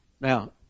Now